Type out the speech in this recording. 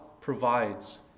provides